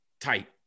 tight